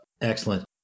Excellent